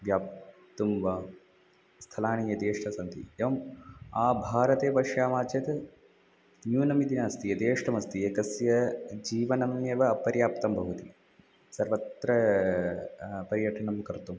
व्याप्तुं वा स्थलानि यथेष्टं सन्ति एवम् आभारते पश्यामः चेत् न्यूनमिति नास्ति यथेष्टमस्ति एकस्य जीवनम् एव अपर्याप्तं भवति सर्वत्र पर्यटनं कर्तुम्